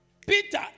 Peter